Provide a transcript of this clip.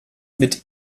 mit